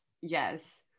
Yes